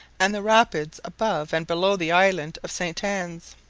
and the rapids above and below the island of st. anne's.